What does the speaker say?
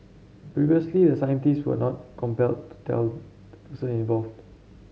previously the scientist was not compelled to tell the person involved